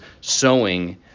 sowing